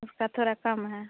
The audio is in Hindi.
उसका थोड़ा कम है